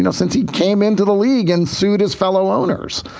and since he came into the league and sued his fellow owners.